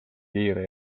kiire